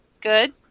good